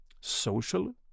social